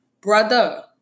brother